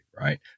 right